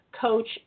Coach